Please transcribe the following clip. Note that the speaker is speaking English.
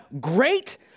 great